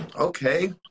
Okay